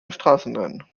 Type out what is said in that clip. straßenrennen